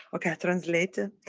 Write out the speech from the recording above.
okay, translating.